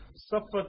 suffered